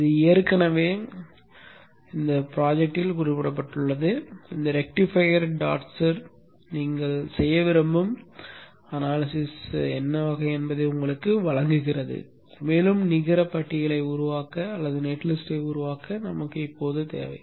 இது ஏற்கனவே திட்டவட்டத்தில் குறிப்பிடப்பட்டுள்ளது இந்த ரெக்டிஃபையர் டாட் சிர் நீங்கள் செய்ய விரும்பும் பகுப்பாய்வு வகை என்ன என்பதை உங்களுக்கு வழங்குகிறது மேலும் நிகர பட்டியலை உருவாக்க நமக்கு இப்போது தேவை